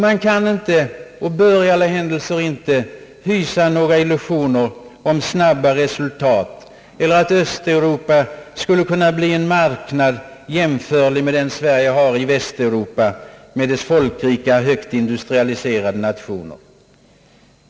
Man bör inte hysa illusioner om snabba resultat eller att Östeuropa skulle kunna bli en marknad jämförlig med den Sverige har i Västeuropa med dess folkrika, högt industrialiserade nationer.